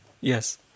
Yes